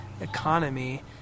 economy